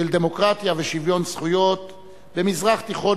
של דמוקרטיה ושוויון זכויות במזרח תיכון